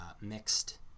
mixed